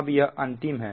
अब यह अंतिम है